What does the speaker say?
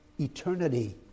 eternity